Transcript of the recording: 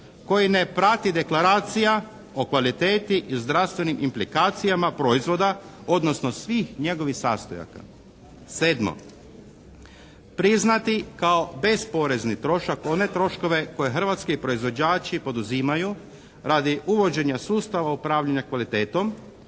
koji ne prati deklaracija o kvaliteti i zdravstvenim implikacijama proizvoda odnosno svih njegovih sastojaka. Sedmo. Priznati kao bez porezni trošak one troškove koje hrvatski proizvođači poduzimaju radi uvođenja sustava upravljanja kvalitetom